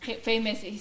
famous